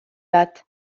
bat